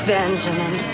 Benjamin